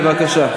בבקשה.